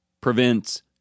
prevents